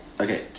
Okay